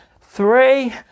three